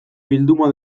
bilduma